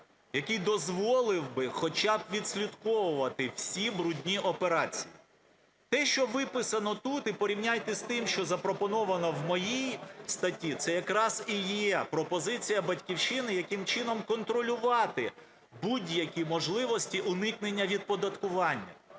який дозволив би хоча б відслідковувати всі "брудні" операції. Те, що виписано тут, і порівняйте з тим, що запропоновано в моїй статті, це якраз і є пропозиція "Батьківщини", яким чином контролювати будь-які можливості уникнення від оподаткування.